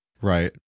Right